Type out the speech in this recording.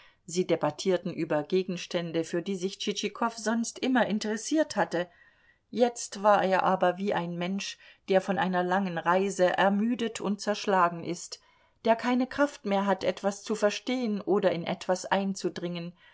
sie debattierten über gegenstände für die sich tschitschikow sonst immer interessiert hatte jetzt war er aber wie ein mensch der von einer langen reise ermüdet und zerschlagen ist der keine kraft mehr hat etwas zu verstehen oder in etwas einzudringen